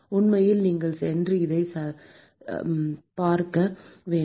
உண்மையில் நீங்கள் சென்று இதை சதி செய்து பார்க்க வேண்டும்